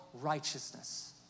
righteousness